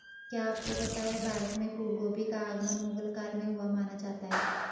क्या आपको पता है भारत में फूलगोभी का आगमन मुगल काल में हुआ माना जाता है?